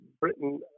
Britain